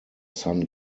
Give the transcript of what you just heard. sun